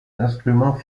instruments